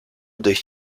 durch